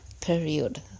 period